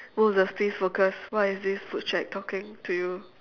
moses please focus what is this talking to you